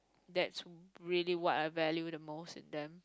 that's really what I value the most in them